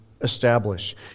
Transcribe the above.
establish